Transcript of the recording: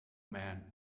man